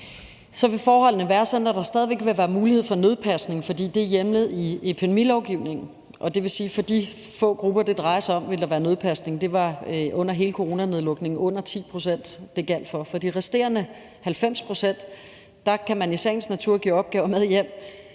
Så vil forholdene være sådan, at der stadig væk vil være mulighed for nødpasning, for det er hjemlet i epidemilovgivningen, og det vil sige, at for de få grupper, det drejer sig om, vil der være nødpasning. Det var under hele coronanedlukningen under 10 pct., det gjaldt for. De resterende 90 pct. kan man i sagens natur give opgaver med hjem,